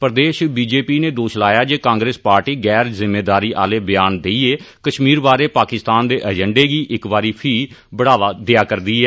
प्रदेश BJP नै दोष लाया ऐ जे कांग्रेस पार्टी गैर जिम्मेदारी आह्ले बयान लेइयै कश्मीर बारै पाकिस्तान दे एजेंडे गी इक बारी फ्ही बढ़ावा देआ'रदी ऐ